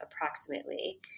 approximately